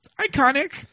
iconic